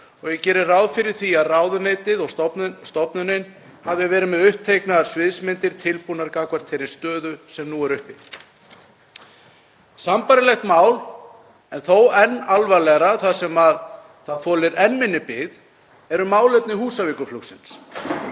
og ég geri ráð fyrir því að ráðuneytið og stofnunin hafi verið með uppteiknaðar sviðsmyndir tilbúnar gagnvart þeirri stöðu sem nú er uppi. Sambærilegt mál en þó enn alvarlegra þar sem það þolir enn minni bið, er Húsavíkurflugið.